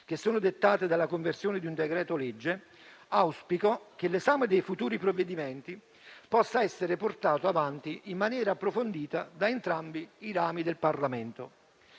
dettate dalla conversione di un decreto-legge, auspico che l'esame dei futuri provvedimenti possa essere portato avanti in maniera approfondita da entrambi i rami del Parlamento.